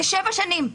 זה שבע שנים.